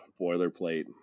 boilerplate